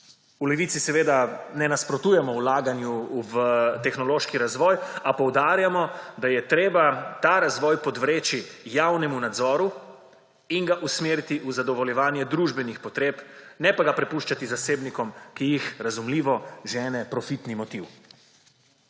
V Levici seveda ne nasprotujemo vlaganju v tehnološki razvoj, a poudarjamo, da je treba ta razvoj podvreči javnemu nadzoru in ga usmeriti v zadovoljevanje družbenih potreb, ne pa ga prepuščati zasebnikom, ki jih, razumljivo, žene profitni motiv.